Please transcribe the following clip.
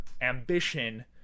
ambition